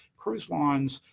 cruise lines.